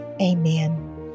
Amen